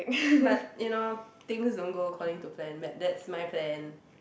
but you know things don't go according to plan that that's my plan